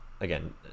again